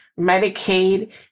Medicaid